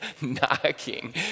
knocking